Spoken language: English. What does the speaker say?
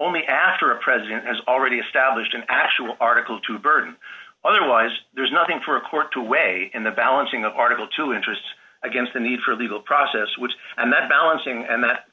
only after a president has already established an actual article to burden otherwise there's nothing for a court to weigh in the balancing of article two interests against the need for a legal process which and that balancing and that